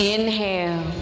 Inhale